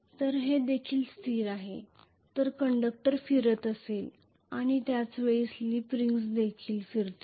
तर हे देखील स्थिर आहे तर कंडक्टर फिरत असेल आणि त्याचवेळी स्लिप रिंग्ज देखील फिरतील